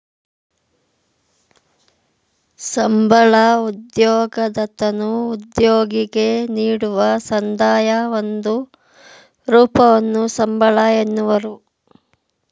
ಸಂಬಳ ಉದ್ಯೋಗದತನು ಉದ್ಯೋಗಿಗೆ ನೀಡುವ ಸಂದಾಯದ ಒಂದು ರೂಪವನ್ನು ಸಂಬಳ ಎನ್ನುವರು